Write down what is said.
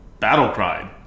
Battlecry